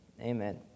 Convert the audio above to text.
Amen